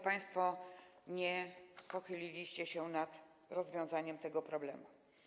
Państwo nie pochyliliście się nad rozwiązaniem tego problemu.